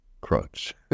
Crutch